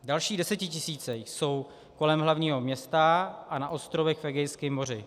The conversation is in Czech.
Další desetitisíce jsou kolem hlavního města a na ostrovech v Egejském moři.